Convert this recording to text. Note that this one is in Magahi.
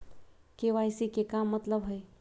के.वाई.सी के का मतलब हई?